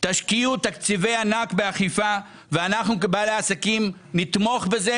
תשקיעו תקציבי ענק באכיפה ואנחנו כבעלי עסקים נתמוך בזה